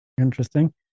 Interesting